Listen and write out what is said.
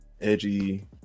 edgy